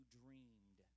dreamed